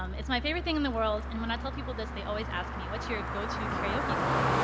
um it's my favorite thing in the world. and when i tell people this they always ask me, what's your go-to karaoke song?